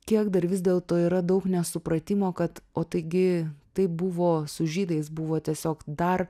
kiek dar vis dėlto yra daug nesupratimo kad o taigi taip buvo su žydais buvo tiesiog dar